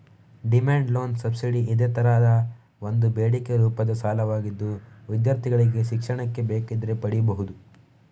demand loan subsidy ಇದೇ ತರದ ಒಂದು ಬೇಡಿಕೆ ರೂಪದ ಸಾಲವಾಗಿದ್ದು ವಿದ್ಯಾರ್ಥಿಗಳಿಗೆ ಶಿಕ್ಷಣಕ್ಕೆ ಬೇಕಿದ್ರೆ ಪಡೀಬಹುದು